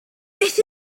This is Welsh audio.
beth